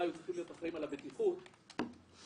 היו צריכים להיות אחראים על הבטיחות שלהם,